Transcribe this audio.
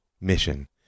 mission